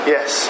Yes